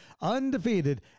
undefeated